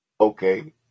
Okay